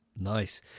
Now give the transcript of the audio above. nice